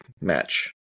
match